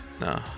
No